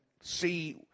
see